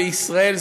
בישראל,